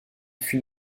fut